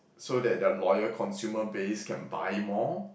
so that their loyal consumer base can buy more